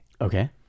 Okay